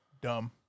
Dumb